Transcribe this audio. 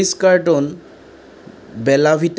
দুই যোগ চাৰি কি হয়